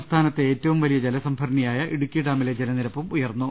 സംസ്ഥാനത്തെ ഏറ്റവും വലിയ് ജലസംഭരണിയായ ഇടുക്കി ഡാമിലെ ജലനിരപ്പും ഉയർന്നു